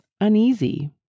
uneasy